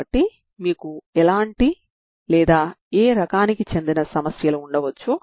కాబట్టి ఒక చిట్కాని అప్లై చేయాల్సి ఉంటుంది